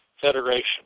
Federation